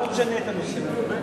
תשנה את הנושא.